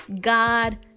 God